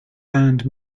band